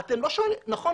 נכון,